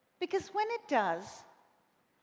because when it does,